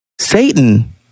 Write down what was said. Satan